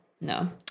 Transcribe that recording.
No